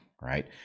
right